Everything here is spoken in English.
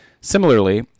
Similarly